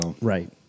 Right